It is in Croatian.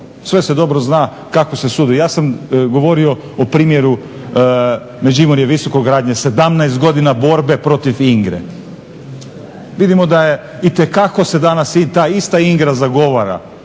Sve se dobro zna kako se sudi. Ja sam govorio o primjeru Međimurje visokogradnje, 17 godina borbe protiv INGRA-e. Vidimo da je itekako se danas i ta ista INGRA zagovara.